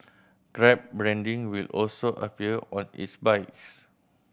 grab branding will also appear on its bikes